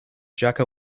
jaka